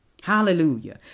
Hallelujah